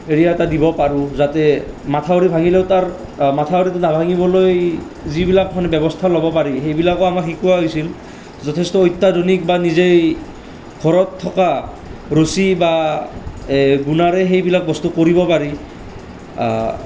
হেৰি এটা দিব পাৰোঁ যাতে মঠাউৰি ভাঙিলেও তাৰ মঠাউৰিটো নেভাঙিবলৈ যিবিলাক ব্যৱস্থা ল'ব পাৰি সেইবিলাকো আমাক শিকোৱা হৈছিল যথেষ্ট অত্যাধুনিক বা নিজে ঘৰত থকা ৰচি বা এই গুণাৰে সেইবিলাক বস্তু কৰিব পাৰি